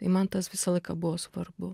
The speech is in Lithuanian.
tai man tas visą laiką buvo svarbu